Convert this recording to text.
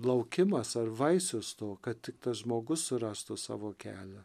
laukimas ar vaisius to kad tik tas žmogus surastų savo kelią